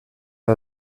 del